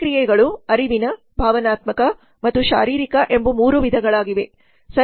ಪ್ರತಿಕ್ರಿಯೆಗಳು ಅರಿವಿನ ಭಾವನಾತ್ಮಕ ಮತ್ತು ಶಾರೀರಿಕ ಎಂಬ ಮೂರು ವಿಧಗಳಾಗಿವೆ